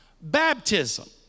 baptism